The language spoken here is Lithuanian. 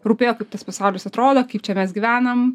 rūpėjo kaip tas pasaulis atrodo kaip čia mes gyvenam